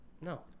No